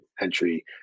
entry